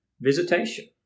visitation